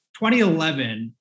2011